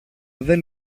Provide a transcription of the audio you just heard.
δεν